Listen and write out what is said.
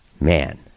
man